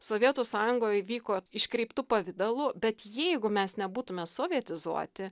sovietų sąjungoj vyko iškreiptu pavidalu bet jeigu mes nebūtume sovietizuoti